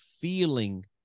feeling